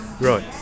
Right